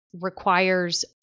requires